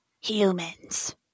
Humans